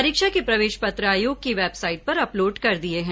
परीक्षा के प्रवेशपत्र आयोग की वेबसाइट पर अपलोड कर दिए गए हैं